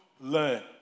learn